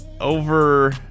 Over